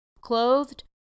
clothed